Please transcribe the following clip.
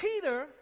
Peter